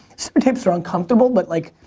stereotypes are uncomfortable, but like,